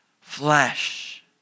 flesh